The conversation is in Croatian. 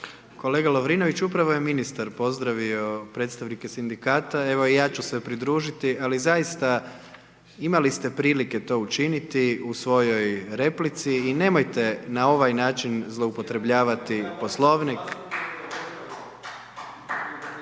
Kolega Lovirnović, upravo je ministar pozdravio predstavnike sindikata evo i ja ću se pridružiti, ali zaista imali ste prilike to učiniti, u svojoj replici i nemojte na ovaj način zloupotrebljavati poslovnik.